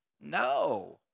no